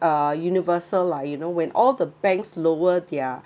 uh universal lah you know when all the banks lower their